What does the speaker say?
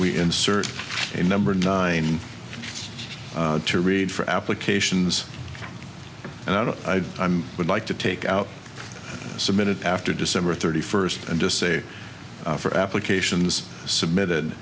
we insert a number nine to read for applications and i would like to take out submitted after december thirty first and just say for applications submitted